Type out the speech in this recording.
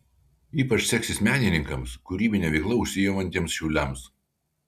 ypač seksis menininkams kūrybine veikla užsiimantiems šauliams